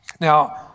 Now